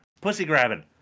pussy-grabbing